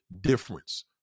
difference